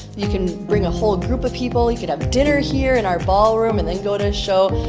you can bring a whole group of people, you could have dinner here in our ballroom and then go to a show.